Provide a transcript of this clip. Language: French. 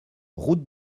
route